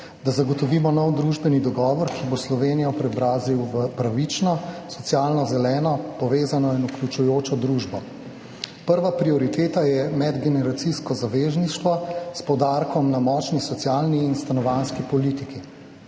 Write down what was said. da zagotovimo nov družbeni dogovor, ki bo Slovenijo preobrazil v pravično, socialno, zeleno, povezano in vključujočo družbo. Prva prioriteta je medgeneracijsko zavezništvo s poudarkom na močni socialni in stanovanjski politiki.